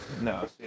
No